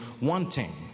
wanting